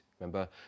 Remember